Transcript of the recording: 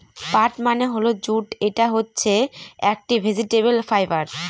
পাট মানে হল জুট এটা হচ্ছে একটি ভেজিটেবল ফাইবার